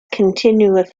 continuous